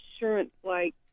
insurance-like